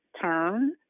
turn